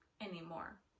anymore